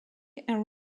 and